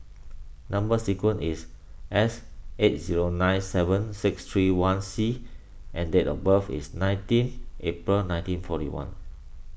Number Sequence is S eight zero nine seven six three one C and date of birth is nineteen April nineteen forty one